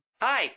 Hi